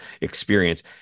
experience